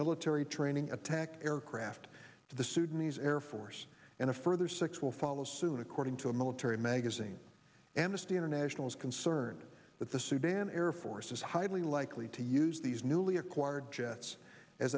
military training attack aircraft to the sudanese air force and a further six will follow suit according to a military magazine and just international is concerned that the sudan air force is highly likely to use these newly acquired jets as